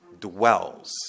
dwells